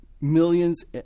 millions